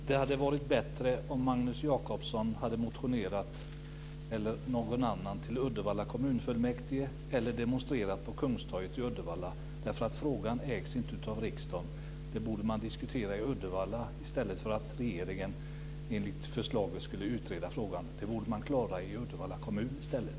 Fru talman! Det hade varit bättre om Magnus Jacobsson eller någon annan hade motionerat till Uddevalla kommunfullmäktige eller om man hade demonstrerat på Kungstorget i Uddevalla. Frågan ägs nämligen inte av riksdagen, utan detta borde diskuteras i Uddevalla i stället för att regeringen, enligt förslaget, ska utreda frågan. Detta borde man alltså i stället klara i Uddevalla kommun.